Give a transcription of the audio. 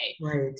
Right